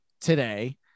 today